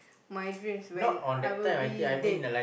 my dreams when I will be dead